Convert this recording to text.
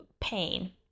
pain